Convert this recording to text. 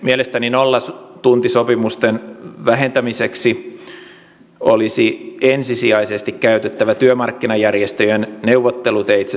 mielestäni nollatuntisopimusten vähentämiseksi olisi ensisijaisesti käytettävä työmarkkinajärjestöjen neuvotteluteitse sopimia keinoja